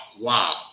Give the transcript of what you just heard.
Wow